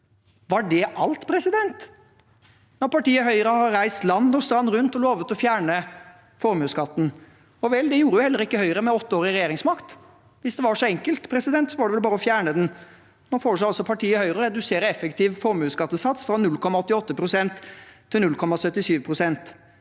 Var det alt – når partiet Høyre har reist land og strand rundt og lovet å fjerne formuesskatten? Vel, det gjorde jo heller ikke Høyre med åtte år i regjeringsmakt. Hvis det var så enkelt, var det vel bare å fjerne den? Nå foreslår altså partiet Høyre å redusere effektiv formuesskattesats fra 0,88 pst. til 0,77 pst.